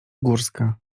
górska